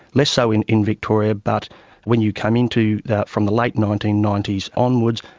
less so in in victoria, but when you come into that from the late nineteen ninety s onwards,